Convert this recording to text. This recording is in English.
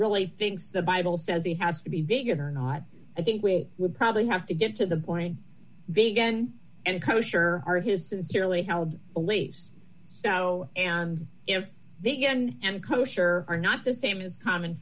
really thinks the bible says he has to be big or not i think we would probably have to get to the point began and kosher are his sincerely held beliefs if they get and kosher are not the same as common